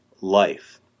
life